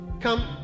Come